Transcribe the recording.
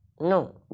No